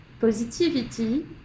positivity